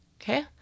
Okay